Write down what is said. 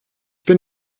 bin